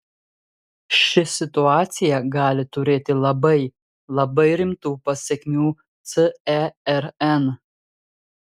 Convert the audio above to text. ši situacija gali turėti labai labai rimtų pasekmių cern